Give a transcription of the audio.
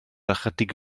ychydig